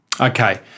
Okay